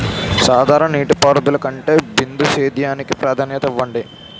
సాధారణ నీటిపారుదల కంటే బిందు సేద్యానికి ప్రాధాన్యత ఇవ్వండి